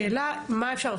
השאלה מה אפשר,